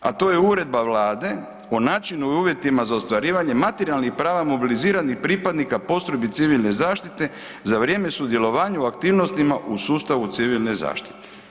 A to je uredba Vlade o načinu i uvjetima za ostvarivanje materijalnih prava mobiliziranih pripadnika postrojbi civilne zaštite za vrijeme sudjelovanja u aktivnostima u sustavu civilne zaštite.